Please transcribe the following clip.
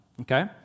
okay